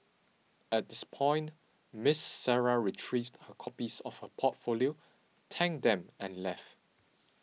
at this point Miss Sarah retrieved her copies of her portfolio thanked them and left